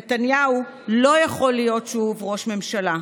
נתניהו לא יכול להיות שוב ראש ממשלה.